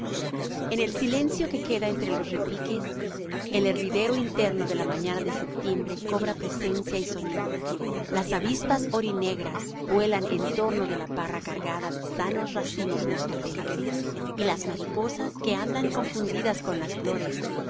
en el silencio que queda entre los repiques el hervidero interno de la mañana de septiembre cobra presencia y sonido las avispas orinegras vuelan en torno de la parra cargada de sanos racimos moscateles y las mariposas que andan confundidas con las flores